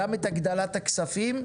גם את הגדלת הכספים.